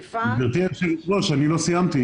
גברתי היושבת ראש, אני לא סיימתי.